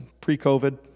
pre-COVID